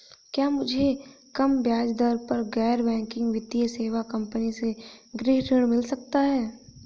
क्या मुझे कम ब्याज दर पर गैर बैंकिंग वित्तीय सेवा कंपनी से गृह ऋण मिल सकता है?